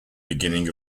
beginning